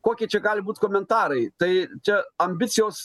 koki čia gali būt komentarai tai čia ambicijos